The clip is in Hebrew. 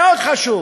מאוד חשוב.